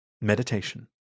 meditation